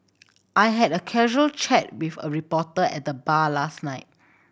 I had a casual chat with a reporter at the bar last night